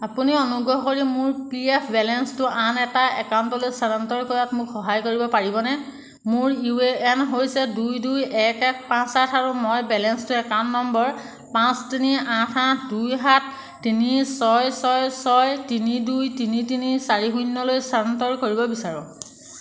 আপুনি অনুগ্ৰহ কৰি মোৰ পি এফ বেলেন্সটো আন এটা একাউণ্টলৈ স্থানান্তৰ কৰাত মোক সহায় কৰিব পাৰিবনে মোৰ ইউ এ এন হৈছে দুই দুই এক এক পাঁচ আঠ আৰু মই বেলেন্সটো একাউণ্ট নম্বৰ পাঁচ তিনি আঠ আঠ দুই সাত তিনি ছয় ছয় ছয় তিনি দুই তিনি তিনি চাৰি শূন্যলৈ স্থানান্তৰ কৰিব বিচাৰোঁ